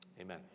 Amen